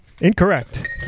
Incorrect